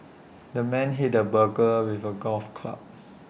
the man hit the burglar with A golf club